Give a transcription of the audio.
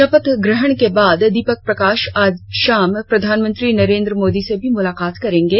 शपथ ग्रहण के बाद दीपक प्रकाश आज शाम प्रधानमंत्री नरेंद्र मोदी से भी मुलाकात करेंगे